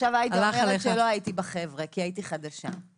שלא הייתי בחבר'ה, כי הייתי חדשה.